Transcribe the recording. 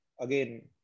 again